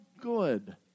good